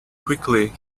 quickly